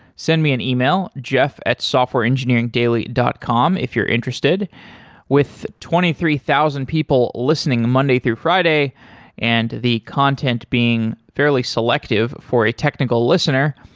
send me an e-mail jeff at softwareengineeringdaily dot com if you're interested with twenty three thousand people listening monday through friday and the content being fairly selective for a technical listener,